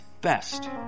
best